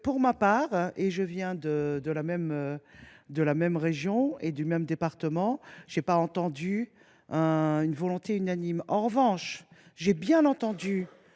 D’ailleurs, venant de la même région et du même département, je n’ai pas entendu de volonté unanime… En revanche, j’ai bien entendu